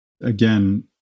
again